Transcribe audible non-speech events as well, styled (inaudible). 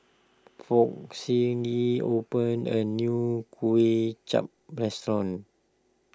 Foch (unintelligible) opened a new Kuay Chap restaurant